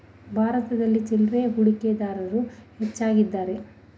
ಭಾರತದಲ್ಲಿ ಚಿಲ್ಲರೆ ಹೂಡಿಕೆದಾರರು ಹೆಚ್ಚಾಗಿದ್ದಾರೆ